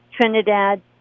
Trinidad